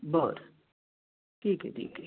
बरं ठीक आहे ठीक आहे